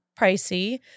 pricey